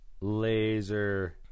laser